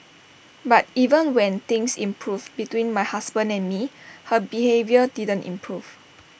but even when things improved between my husband and me her behaviour didn't improve